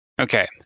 Okay